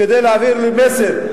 כדי להעביר מסר.